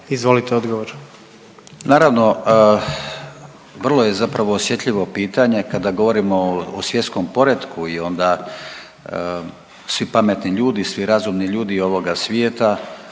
Gordan (HDZ)** Naravno, vrlo je zapravo osjetljivo pitanje kada govorimo o svjetskom poretku i onda svi pametni ljudi i svi razumni ljudi ovoga svijeta